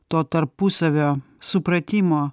to tarpusavio supratimo